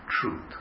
truth